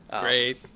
Great